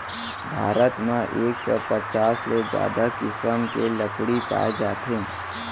भारत म एक सौ पचास ले जादा किसम के लकड़ी पाए जाथे